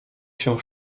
się